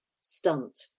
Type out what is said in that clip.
stunt